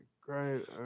Great